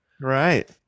Right